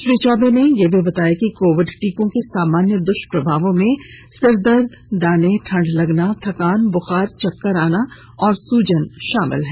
श्री चौबे ने यह भी बताया कि कोविड टीकों के सामान्य दृष्प्रभावों में सिरदर्द दाने ठंड लगना थकान बुखार चक्कर आना और सूजन शामिल हैं